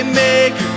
make